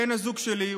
בן הזוג שלי,